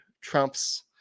trumps